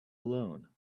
alone